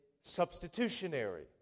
substitutionary